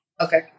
Okay